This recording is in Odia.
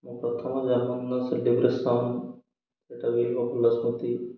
ମୋ ପ୍ରଥମ ଜନ୍ମଦିନ ସେଲିବ୍ରେସନ୍ ସେଟା ବି ଭଲ ସ୍ମୃତି